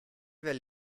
will